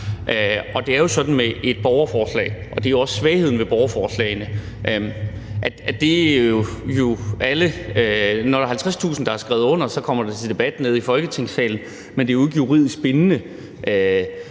det er jo sådan med et borgerforslag, og det er også svagheden ved borgerforslagene, at når der er 50.000, der har skrevet under, kommer det til debat i Folketingssalen, men det er ikke juridisk bindende,